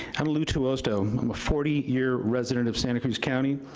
and lou tuosto. i'm a forty year resident of santa cruz county.